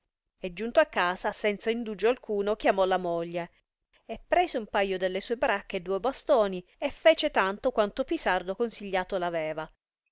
e giunto a casa senza indugio alcuno chiamò la moglie e prese un paio delle sue bracche e duoi bastoni e fece tanto quanto pisardo consigliato